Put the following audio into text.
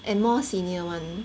and more senior [one]